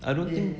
I don't think